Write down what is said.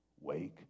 Wake